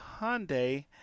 Hyundai